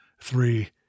Three